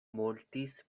mortis